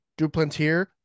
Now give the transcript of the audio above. Duplantier